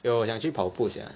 eh 我想去跑步 sia